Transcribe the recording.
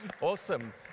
Awesome